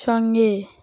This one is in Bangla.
সঙ্গে